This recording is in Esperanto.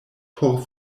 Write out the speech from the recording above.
por